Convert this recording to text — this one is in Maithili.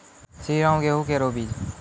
श्रीराम गेहूँ केरो बीज?